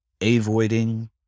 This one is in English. avoiding